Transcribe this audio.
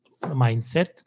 mindset